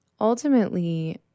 ultimately